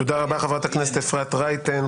תודה רבה, חברת הכנסת אפרת רייטן.